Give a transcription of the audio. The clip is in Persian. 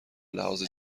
لحاظ